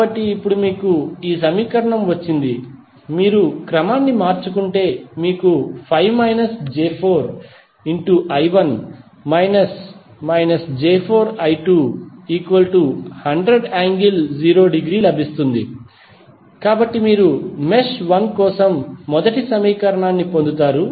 కాబట్టి ఇప్పుడు మీకు ఈ సమీకరణం వచ్చింది మీరు క్రమాన్ని మార్చుకుంటే మీకు 5−j4I1 −−j4I2 100∠0◦ లభిస్తుంది కాబట్టి మీరు మెష్ 1 కోసం మొదటి సమీకరణాన్ని పొందుతారు